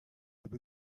der